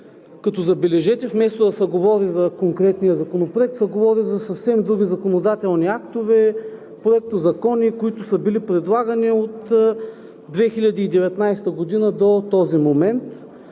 като, забележете, вместо да се говори за конкретния закон, се говори за съвсем други законодателни актове, проектозакони, които са били предлагани от 2019 г. до този момент.